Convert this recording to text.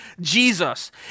Jesus